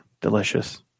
delicious